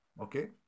okay